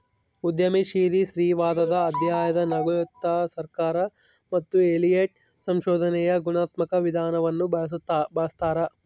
ಉದ್ಯಮಶೀಲ ಸ್ತ್ರೀವಾದದ ಅಧ್ಯಯನಗುಳಗಆರ್ಸರ್ ಮತ್ತು ಎಲಿಯಟ್ ಸಂಶೋಧನೆಯ ಗುಣಾತ್ಮಕ ವಿಧಾನವನ್ನು ಬಳಸ್ತಾರೆ